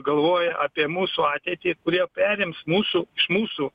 galvoja apie mūsų ateitį kurie perims mūsų mūsų